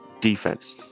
defense